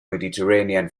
mediterranean